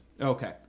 Okay